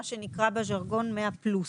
מה שנקרא בז'רגון 100 פלוס.